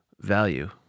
value